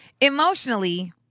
emotionally